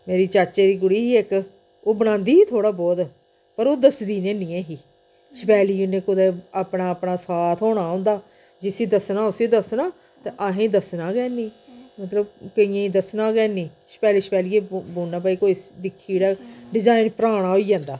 मेरी चाचे दी कुड़ी ही इक ओह् बनांदी ही थोह्ड़ा बोह्त पर ओह् दसदी हैनी ऐ ही छपैलियै कुदै अपना अपना साथ होना होंदा जिसी दस्सना उसी दस्सना ते अहें दस्सना गै हैनी मतलब केइयें दस्सना गै हैनी छपैली छपैलियै बुनना भाई कोई दिक्खी'ड़ै डिजाईन पराना होई जंदा